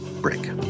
break